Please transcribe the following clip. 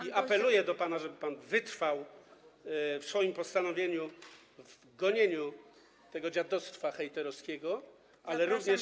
I apeluję do pana, żeby pan wytrwał w swoim postanowieniu, w gonieniu tego dziadostwa hejterskiego, ale również.